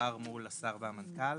עבר מול השר והמנכ"ל.